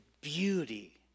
beauty